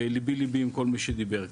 וליבי ליבי עם כל מי שדיבר כאן.